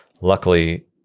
Luckily